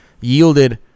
yielded